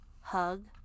hug